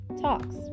talks